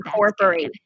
Incorporate